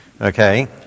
okay